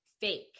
fake